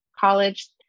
college